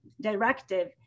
directive